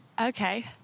okay